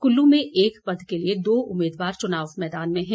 कुल्लू में एक पद के लिए दो उम्मीदवार चुनाव मैदान में है